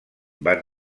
van